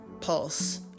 Pulse